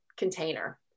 container